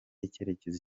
icyerekezo